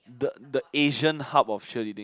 the the Asian hub of cheerleading